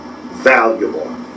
valuable